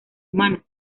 humana